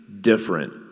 different